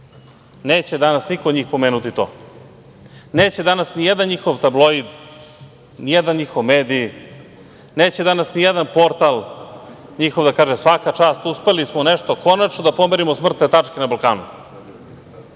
Neće danas niko od njih pomenuti to. Neće danas ni jedan njihov tabloid, ni jeda njihov medij, neće danas ni jeda portal njihov da kaže – svaka čast, uspeli smo nešto konačno da pomerimo sa mrtve tačke na Balkanu.